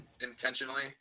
intentionally